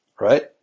Right